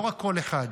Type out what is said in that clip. לא רק קול אחד.